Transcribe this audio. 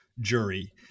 Jury